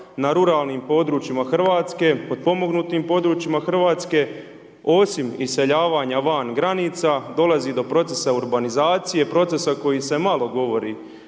na ruralnim područjima Hrvatske, potpomognutim područjima Hrvatske osim iseljavanja van granica, dolazi do procesa urbanizacije, procesa koji se malo govori